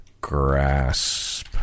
grasp